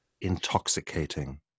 intoxicating